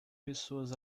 pessoas